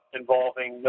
involving